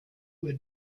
were